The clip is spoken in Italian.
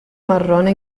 marrone